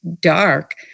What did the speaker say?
dark